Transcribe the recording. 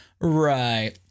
Right